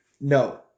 No